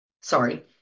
Sorry